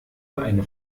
eine